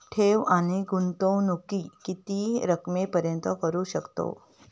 ठेव आणि गुंतवणूकी किती रकमेपर्यंत करू शकतव?